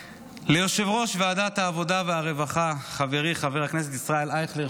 ליושב-ראש ועדת העבודה והרווחה חברי חבר הכנסת ישראל אייכלר,